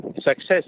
success